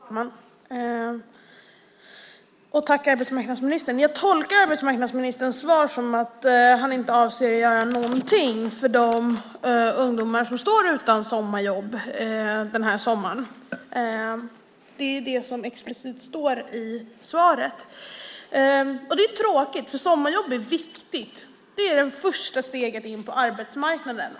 Fru talman! Tack, arbetsmarknadsministern! Jag tolkar arbetsmarknadsministerns svar som att han inte avser att göra någonting för de ungdomar som står utan sommarjobb den här sommaren. Det är det som explicit står i svaret. Det är tråkigt eftersom ett sommarjobb är viktigt. Det är det första steget in på arbetsmarknaden.